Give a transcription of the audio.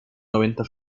noventa